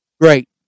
great